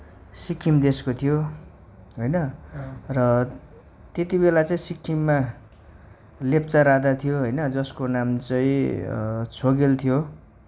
सिक्किम देशको थियो होइन र त्यतिबेला चाहिँ सिक्किममा लेप्चा राजा थियो जसको नाम चाहिँ छ्योगेल थियो